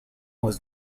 was